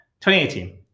2018